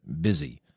busy